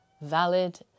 valid